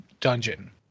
dungeon